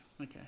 okay